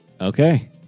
Okay